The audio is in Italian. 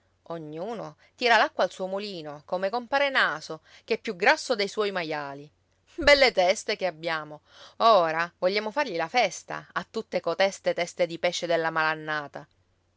ognuno tira l'acqua al suo mulino come compare naso che è più grasso dei suoi maiali belle teste che abbiamo ora vogliamo fargli la festa a tutte coteste teste di pesce della malannata